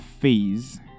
phase